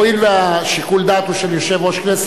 הואיל ושיקול הדעת הוא של יושב-ראש הכנסת,